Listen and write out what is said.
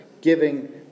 giving